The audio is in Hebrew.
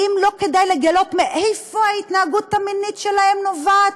האם לא כדאי לגלות מאיפה ההתנהגות המינית שלהם נובעת?